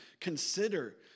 Consider